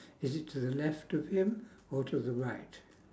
is it to the left of him or to the right